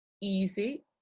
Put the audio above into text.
easy